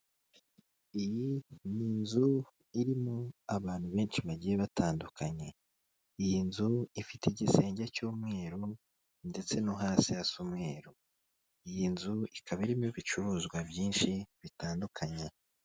Iyi ni inzu irimo abantu benshi bagiye batandukanye. Iyi nzu ifite igisenge cy'umweru ndetse no hasi hasa umweru. Iyi nzu ikaba irimo ibicuruzwa byinshi bitandukanye.